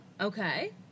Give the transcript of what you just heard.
Okay